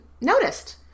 noticed